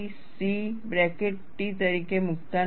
C bracket T તરીકે મૂકતાં નથી